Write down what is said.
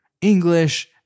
English